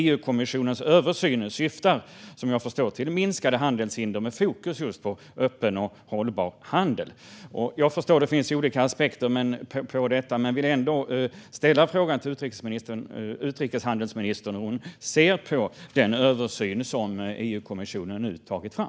EU-kommissionens översyn syftar, som jag förstår det, till minskade handelshinder med fokus på just öppen och hållbar handel. Jag förstår att det finns olika aspekter på detta, men jag vill ändå fråga utrikeshandelsministern hur hon ser på den översyn som EU-kommissionen nu tagit fram.